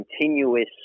continuous